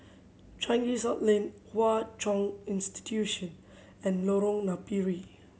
Changi South Leng Hwa Chong Institution and Lorong Napiri